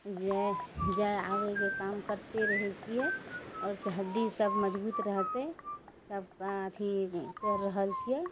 जाइ जाइ आबयके काम करते रहय छियै ओइसँ हड्डी सब मजबूत रहतइ सब अथी करि रहल छियै